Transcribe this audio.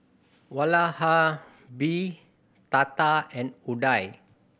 Vallabhbhai Tata and Udai